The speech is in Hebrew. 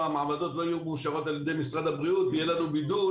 שהמעבדות לא יהיו מאושרות על ידי משרד הבריאות והיה לנו בידול.